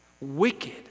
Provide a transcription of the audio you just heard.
Wicked